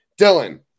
Dylan